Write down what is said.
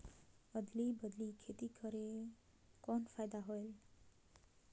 अदली बदली खेती करेले कौन फायदा होयल?